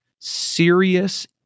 serious